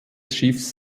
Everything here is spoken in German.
schiffs